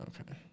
Okay